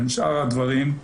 בין שאר הדברים,